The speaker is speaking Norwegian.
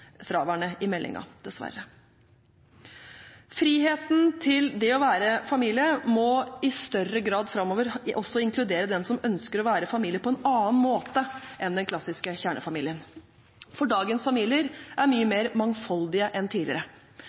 fraværende i meldingen – dessverre. Friheten til det å være familie må i større grad framover også inkludere dem som ønsker å være familie på en annen måte enn den klassiske kjernefamilien, for dagens familier er mye mer mangfoldige enn tidligere.